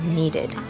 needed